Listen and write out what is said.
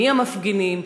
מי המפגינים,